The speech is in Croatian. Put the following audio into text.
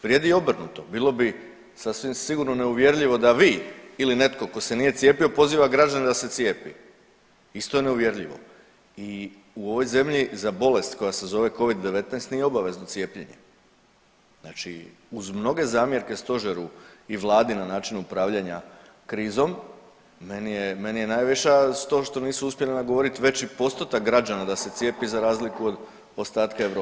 Vrijedi i obrnuto, bilo bi sasvim sigurno neuvjerljivo da vi ili netko tko se nije cijepio poziva građane da se cijepi, isto je neuvjerljivo i u ovoj zemlji za bolest koja se zove covid-19 nije obavezno cijepljenje, znači uz mnoge zamjerke stožeru i vladi na način upravljanja krizom meni je, meni je … [[Govornik se ne razumije]] to što nisu uspjeli nagovorit veći postotak građana da se cijepi za razliku od ostatka Europe.